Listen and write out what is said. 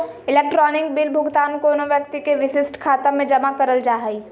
electronic bill भुगतान कोनो व्यक्ति के विशिष्ट खाता में जमा करल जा हइ